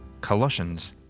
Colossians